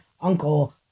uncle